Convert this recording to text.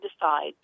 decide